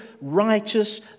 righteous